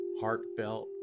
heartfelt